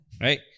Right